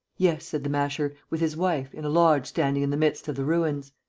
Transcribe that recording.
yes, said the masher, with his wife, in a lodge standing in the midst of the ruins.